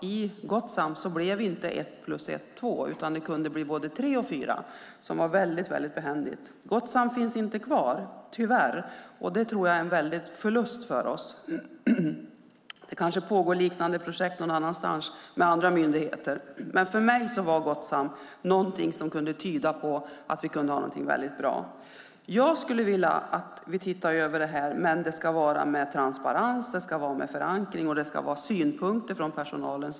I Gotsam var alltså inte 1+1=2, utan det kunde bli både 3 och 4. Det var väldigt behändigt. Gotsam finns tyvärr inte kvar, och det tror jag är en väldig förlust för oss. Det kanske pågår liknande projekt någon annanstans med andra myndigheter, men för mig var Gotsam något väldigt bra. Jag skulle vilja att vi tittade över det här, men då ska det vara med transparens och förankring och med synpunkter från personalen.